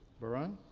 barun?